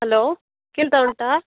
hello ಕೇಳ್ತ ಉಂಟಾ